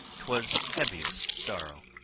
twas heaviest sorrow.